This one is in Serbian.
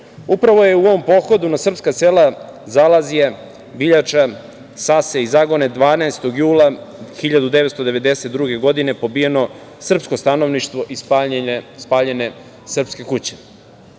žene? Upravo je u ovom pohodu na srpska sela Zalazije, Biljača, Sase i Zagone, 12. jula 1992. godine pobijeno srpsko stanovništvo i spaljene sprske kuće.